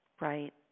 Right